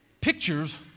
pictures